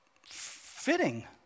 fitting